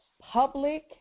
public